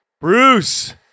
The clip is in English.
Bruce